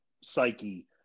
psyche